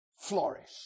flourish